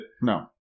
No